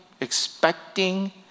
expecting